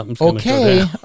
okay